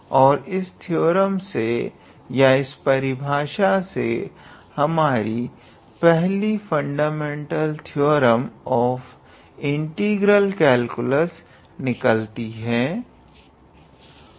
और इस थ्योरम से या इस परिभाषा से ही हमारी पहली fundamental theorem of integral calculus निकलती है